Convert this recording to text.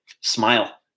Smile